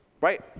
right